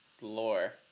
lore